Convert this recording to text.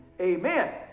amen